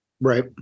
Right